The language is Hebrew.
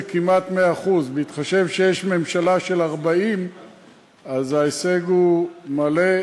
זה כמעט 100% בהתחשב בכך שיש ממשלה של 40. ההישג הוא מלא,